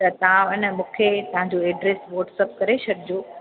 त तां अने मूंखे तव्हांजो ऐड्रेस व्हाट्सप करे छॾिजो